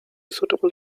suitable